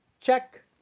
check